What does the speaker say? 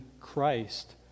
Christ